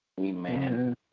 Amen